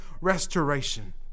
restoration